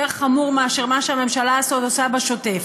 חמור מאשר מה שהממשלה הזאת עושה בשוטף.